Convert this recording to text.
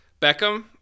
Beckham